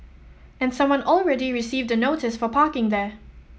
and someone already received the notice for parking there